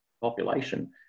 population